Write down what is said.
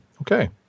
Okay